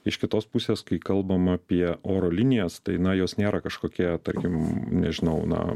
iš kitos pusės kai kalbam apie oro linijas tai na jos nėra kažkokie tarkim nežinau na